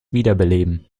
wiederbeleben